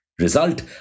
Result